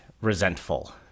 resentful